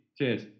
cheers